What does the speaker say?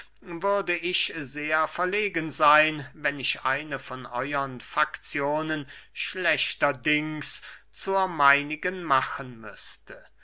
würde ich sehr verlegen seyn wenn ich eine von euern fakzionen schlechterdings zur meinigen machen müßte